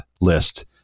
list